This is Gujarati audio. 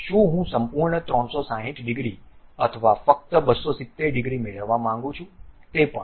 શું હું સંપૂર્ણ 360 ડિગ્રી અથવા ફક્ત 270 ડિગ્રી મેળવવા માંગું છું તે પણ